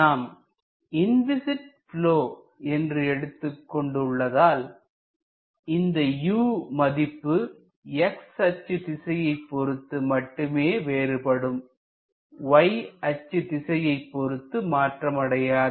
நாம் inviscid flow என்று எடுத்துக்கொண்டு உள்ளதால் இந்த u மதிப்பு x அச்சு திசையை பொறுத்து மட்டுமே வேறுபடும் y அச்சு திசையை பொருத்து மாற்றம் அடையாது